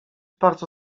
bardzo